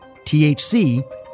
THC